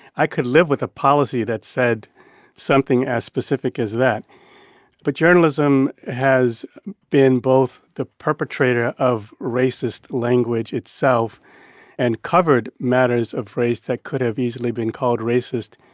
i could live with a policy that said something as specific as that but journalism has been both the perpetrator of racist language itself and covered matters of race that could have easily been called racist,